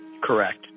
Correct